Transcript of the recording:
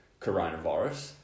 coronavirus